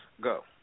go